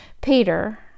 Peter